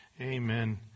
Amen